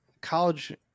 college